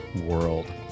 world